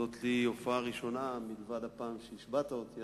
זאת לי ההופעה הראשונה מלבד הפעם שהשבעת אותי,